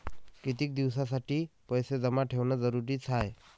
कितीक दिसासाठी पैसे जमा ठेवणं जरुरीच हाय?